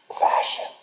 fashion